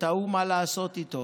ותהו מה לעשות איתו.